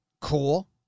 cool